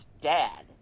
dad